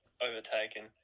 overtaken